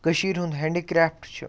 کٔشیٖرِ ہُنٛد ہیٚنٛڈیٖکرٛیٚفٹ چھُ